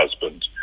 husband